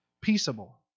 peaceable